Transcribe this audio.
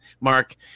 Mark